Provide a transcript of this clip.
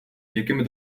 якими